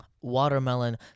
Watermelon